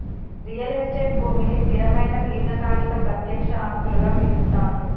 real estate భూమిని స్థిరమైన దీర్ఘకాలిక ప్రత్యక్ష ఆస్తులుగా పిలుత్తాండ్లు